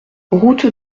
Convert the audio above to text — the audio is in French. route